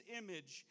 image